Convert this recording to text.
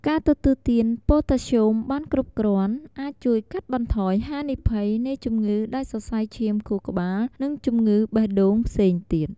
ការទទួលទានប៉ូតាស្យូមបានគ្រប់គ្រាន់អាចជួយកាត់បន្ថយហានិភ័យនៃជំងឺដាច់សរសៃឈាមខួរក្បាល និងជំងឺបេះដូងផ្សេងទៀត។